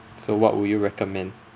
so what would you recommend